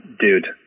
dude